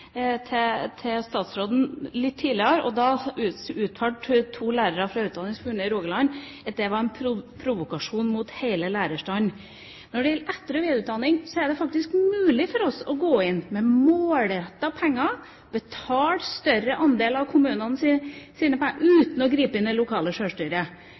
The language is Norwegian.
Rogaland at det var en provokasjon mot hele lærerstanden. Når det gjelder etter- og videreutdanning, er det faktisk mulig for oss å gå inn med målrettede penger, betale større andeler av kommunenes utgifter, uten å gripe inn i det lokale sjølstyret.